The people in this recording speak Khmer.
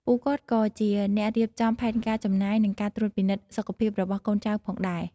ពួកគាត់ក៏ជាអ្នករៀបចំផែនការចំណាយ និងការត្រួតពិនិត្យសុខភាពរបស់កូនចៅផងដែរ។